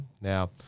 Now